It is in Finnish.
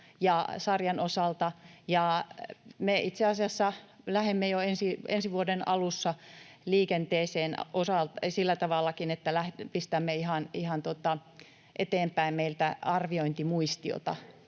korjaussarjan osalta. Me itse asiassa lähdemme jo ensi vuoden alussa liikenteeseen silläkin tavalla, että ihan pistämme eteenpäin meiltä arviointimuistiota,